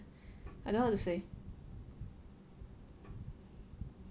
I don't know how to say